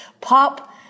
Pop